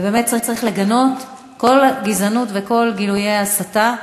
ובאמת צריך לגנות כל גזענות וכל גילוי הסתה.